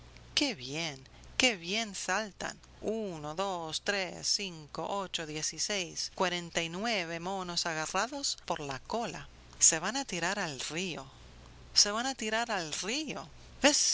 qué bien qué bien saltan uno dos tres cinco ocho dieciséis cuarenta y nueve monos agarrados por la cola se van a tirar al río se van a tirar al río